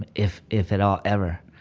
and if if at all, ever.